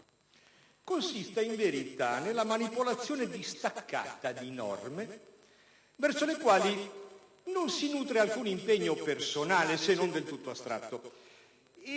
consiste in verità nella manipolazione distaccata di norme verso le quali non si nutre alcun impegno personale, se non del tutto astratto.